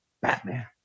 Batman